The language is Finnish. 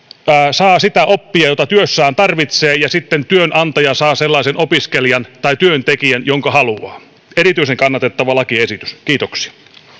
saa sitä oppia jota työssään tarvitsee ja työnantaja saa sellaisen opiskelijan tai työntekijän jonka haluaa erityisen kannatettava lakiesitys kiitoksia